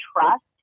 trust